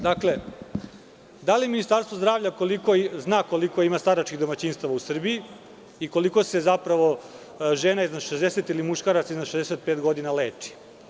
Dakle, da li Ministarstvo zdravlja zna koliko ima staračkih domaćinstava u Srbiji i koliko se žena ili muškaraca preko 60 godina leči?